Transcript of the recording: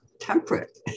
temperate